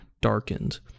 darkened